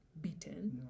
beaten